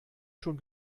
schon